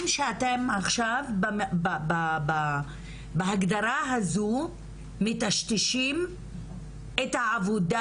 שאתם עכשיו בהגדרה הזו מטשטשים את העבודה